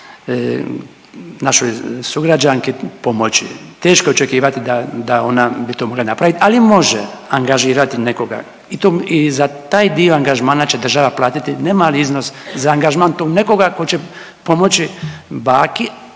našoj sugrađanki pomoći. Teško je očekivati da, da ona bi to mogla napravit, ali može angažirati nekoga i to i za taj dio angažmana će država platiti ne mali iznos za angažman tog nekoga ko će pomoći baki,